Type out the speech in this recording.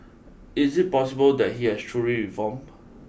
is it possible that he has truly reformed